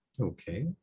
Okay